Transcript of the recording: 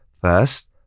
First